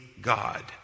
God